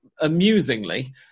Amusingly